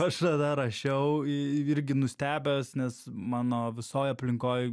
aš tada rašiau į irgi nustebęs nes mano visoj aplinkoj